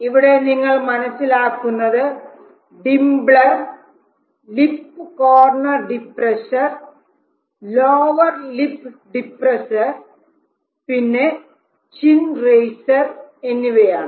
ഇവിടെ നിങ്ങൾ മനസ്സിലാക്കുന്നത് dimpler lip corner depressor lower lip depressor പിന്നെ ചിൻ റെയ്സർ എന്നിവയാണ്